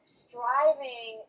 striving